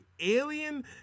alien